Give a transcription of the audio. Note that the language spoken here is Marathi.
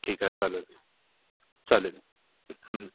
ठीक आहे चालेल चालेल